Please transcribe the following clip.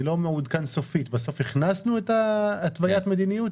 אני לא מעודכן סופית האם בסוף הכנסנו את התוויית המדיניות?